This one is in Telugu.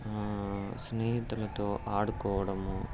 స్నేహితులతో ఆడుకోవడము